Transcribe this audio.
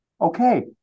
Okay